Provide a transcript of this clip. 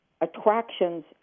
attractions